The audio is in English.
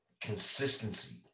consistency